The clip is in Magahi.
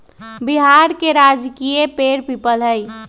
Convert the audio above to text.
बिहार के राजकीय पेड़ पीपल हई